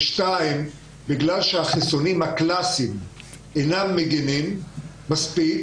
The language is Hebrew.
ושנית בגלל שהחיסונים הקלאסיים אינם מגינים מספיק